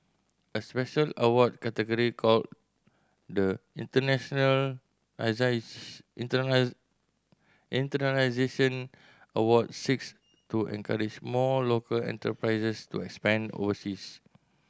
a special award category called the Internalization Award seeks to encourage more local enterprises to expand overseas